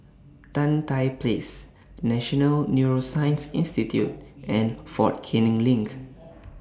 Tan Tye Place National Neuroscience Institute and Fort Canning LINK